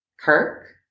Kirk